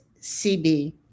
CB